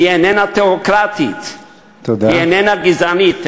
היא איננה תיאוקרטית, היא איננה גזענית.